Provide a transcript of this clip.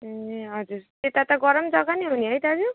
ए हजुर त्यता त गरम जग्गा नै हो नि है दाजु